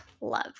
love